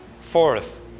Fourth